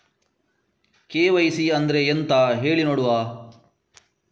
KYC ಅಂದ್ರೆ ಎಂತ ಹೇಳಿ ನೋಡುವ?